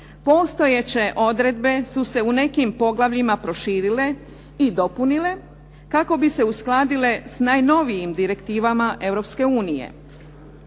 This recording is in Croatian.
postojeće odredbe su se u nekim poglavljima proširile i dopunile kako bi se uskladile s najnovijim direktivama